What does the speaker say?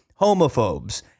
homophobes